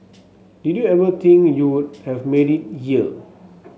did you ever think you would have made it year